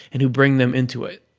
and who bring them into it.